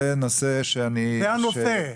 זה נושא שאני --- זה הנושא,